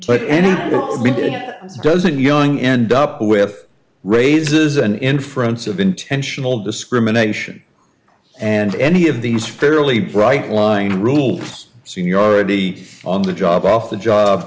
a dozen young end up with raises an inference of intentional discrimination and any of these fairly bright line rule seniority on the job off the job